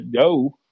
go